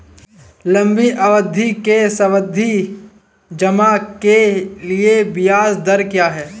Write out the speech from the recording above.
लंबी अवधि के सावधि जमा के लिए ब्याज दर क्या है?